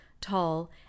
tall